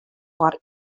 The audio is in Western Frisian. foar